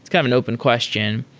kind of an open question.